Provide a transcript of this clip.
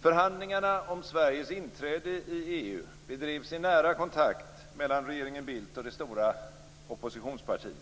Förhandlingarna om Sveriges inträde i EU bedrevs i nära kontakt mellan regeringen Bildt och det stora oppositionspartiet.